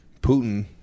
Putin